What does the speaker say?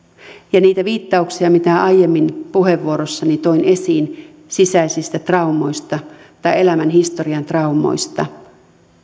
ja niitä viittauksia mitä aiemmin puheenvuorossani toin esiin sisäisistä traumoista tai elämänhistorian traumoista